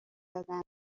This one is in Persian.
زدن